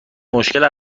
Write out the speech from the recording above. مشکل